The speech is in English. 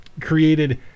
created